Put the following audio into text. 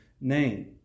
name